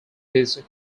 these